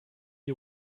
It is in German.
die